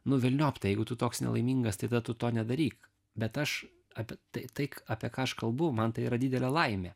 nu velniop tai jeigu tu toks nelaimingas tada tu to nedaryk bet aš apie tai apie ką aš kalbu man tai yra didelė laimė